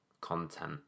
content